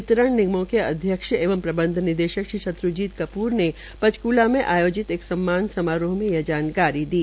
वितरण निगमों के अध्यक्ष एवं प्रबंधक निदेशक शत्र्जीत कपूर ने पंचक्ला में आयोजित एक सम्मान समारोह में यह जानकारी दी